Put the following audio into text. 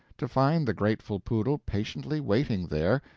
to find the grateful poodle patiently waiting there,